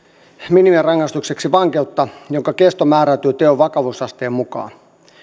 minimirangaistukseksi vankeutta jonka kesto määräytyy teon vakavuusasteen mukaan